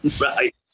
Right